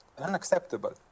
unacceptable